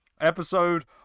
Episode